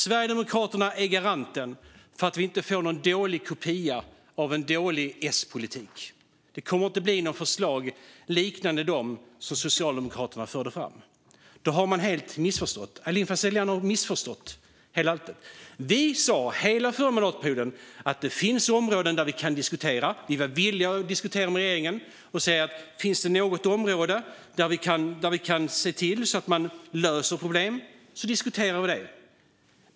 Sverigedemokraterna är garanten för att vi inte får någon dålig kopia av dålig Spolitik. Det kommer inte att bli några förslag liknande dem som Socialdemokraterna förde fram. Aylin Fazelian har helt missförstått oss. Vi sa hela förra mandatperioden att det finns områden där vi kan diskutera. Vi var villiga att diskutera med regeringen och se om det fanns något område där man kunde se till att lösa problem.